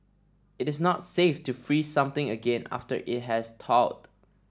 it is not safe to freeze something again after it has thawed